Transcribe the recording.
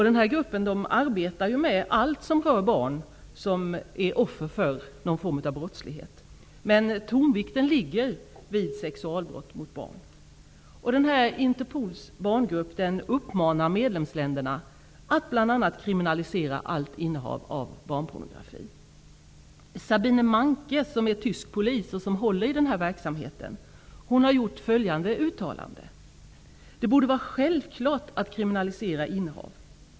Denna grupp arbetar med allt som rör barn som är offer för någon form av brottslighet. Men tonvikten ligger på sexualbrott mot barn. Interpols barngrupp uppmanar medlemsländerna att bl.a. kriminalisera allt innehav av barnpornografi. Sabine Manke, som är tysk polis och som håller i verksamheten, har gjort följande uttalande: ''Det borde vara självklart att kriminalisera innehav.